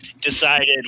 decided